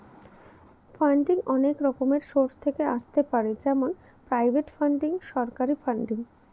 funding অনেক রকমের source থেকে আসতে পারে যেমন প্রাইভেট ফান্ডিং, সরকারি ফান্ডিং